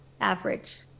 average